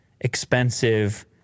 expensive